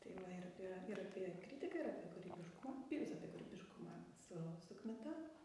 tai va ir apie ir apie kritiką ir apie kūrybiškumą pijus apie kūrybiškumą su su kmita